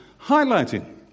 highlighting